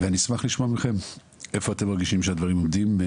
ואני אשמח לשמוע מכם איפה אתם מרגישים שהדברים עומדים.